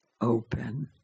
open